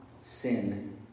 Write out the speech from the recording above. sin